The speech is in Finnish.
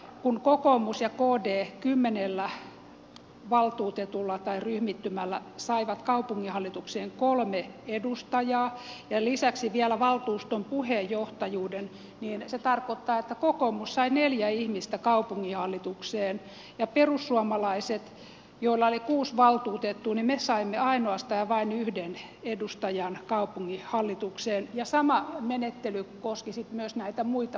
kun kokoomus ja kd kymmenen valtuutetun ryhmittymällä saivat kaupunginhallitukseen kolme edustajaa ja lisäksi vielä valtuuston puheenjohtajuuden niin se tarkoittaa että kokoomus sai neljä ihmistä kaupunginhallitukseen ja perussuomalaiset jolla oli kuusi valtuutettua sai ainoastaan ja vain yhden edustajan kaupunginhallitukseen ja sama menettely koski sitten myös näitä muita paikkajakoja